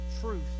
Truth